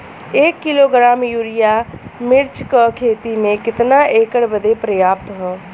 एक kilogram urea मिर्च क खेती में कितना एकड़ बदे पर्याप्त ह?